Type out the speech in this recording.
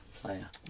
player